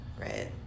Right